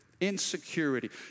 insecurity